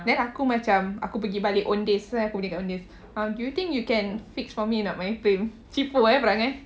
then aku macam aku pergi balik Owndays aku beli kat Owndays um do you think you can fix for me or not my frame cheapo eh perangai